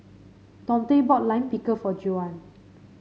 Dontae bought Lime Pickle for Juwan